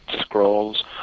scrolls